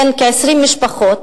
בן כ-20 משפחות,